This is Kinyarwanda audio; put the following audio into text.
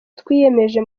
twiyemeje